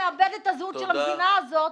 -- והוא רוצה לאבד את הזהות של המדינה הזאת,